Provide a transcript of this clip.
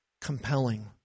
compelling